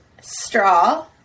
Straw